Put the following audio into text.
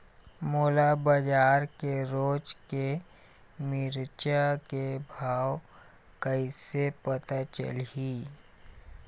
मोला बजार के रोज के मिरचा के भाव कइसे पता चलही?